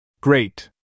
Great